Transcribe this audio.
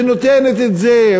ונותנת את זה.